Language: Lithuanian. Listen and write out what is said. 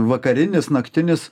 vakarinis naktinis